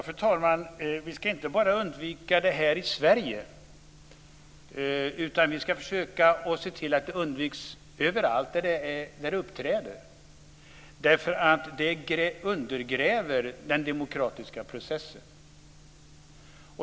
Fru talman! Vi ska inte bara undvika det här i Sverige, utan vi ska försöka se till att det undviks överallt där det uppträder. Det undergräver den demokratiska processen.